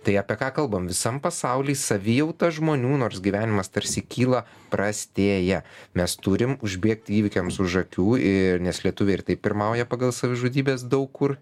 tai apie ką kalbam visam pasauly savijauta žmonių nors gyvenimas tarsi kyla prastėja mes turim užbėgti įvykiams už akių ir nes lietuviai ir taip pirmauja pagal savižudybes daug kur